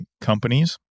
companies